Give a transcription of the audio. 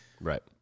Right